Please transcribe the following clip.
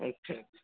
अच्छा अच्छा